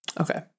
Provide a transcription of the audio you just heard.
Okay